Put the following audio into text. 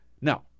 now